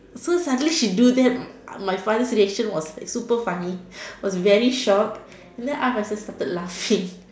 so suddenly she do that my father's reaction was like super funny was very shocked and then I my sister started laughing